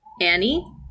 Annie